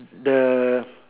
the